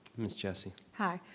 ms. jessie. hi,